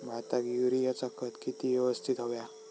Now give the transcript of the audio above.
भाताक युरियाचा खत किती यवस्तित हव्या?